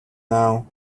now